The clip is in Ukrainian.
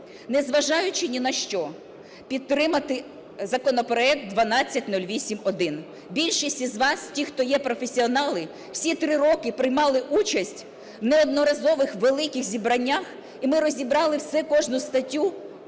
не зважаючи ні на що, підтримати законопроект 1208-1. Більшість із вас, ті, хто є професіонали, всі три роки приймали участь у неодноразових великих зібраннях, і ми розібрали все, кожну статтю